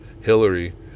Hillary